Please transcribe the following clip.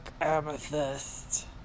amethyst